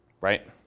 right